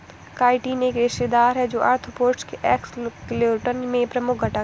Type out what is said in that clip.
chitin एक रेशेदार है, जो आर्थ्रोपोड्स के एक्सोस्केलेटन में प्रमुख घटक है